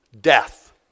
death